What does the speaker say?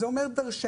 זה אומר דרשני.